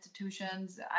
institutions